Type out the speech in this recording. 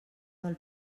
del